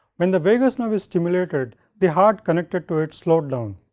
when the vagus nerve is stimulated the heart connected to it slowed down,